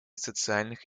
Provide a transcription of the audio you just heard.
социальных